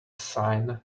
sign